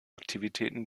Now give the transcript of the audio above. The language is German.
aktivitäten